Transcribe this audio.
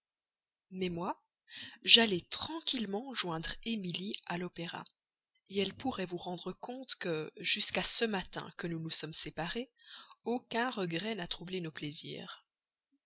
mais moi j'allai tranquillement joindre emilie à l'opéra elle pourrait vous rendre compte que jusqu'à ce matin que nous nous sommes séparés aucun regret n'a troublé nos plaisirs